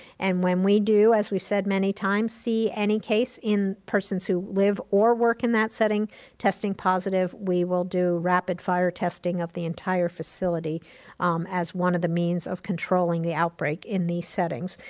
and when we do, as we've said many times, see any case in persons who live or work in that setting testing positive, we will do rapid-fire testing of the entire facility as one of the means of controlling the outbreak in these settings.